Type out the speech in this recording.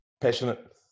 Passionate